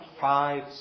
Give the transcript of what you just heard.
five